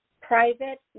private